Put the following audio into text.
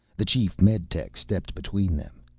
the chief meditech stepped between them.